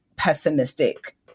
pessimistic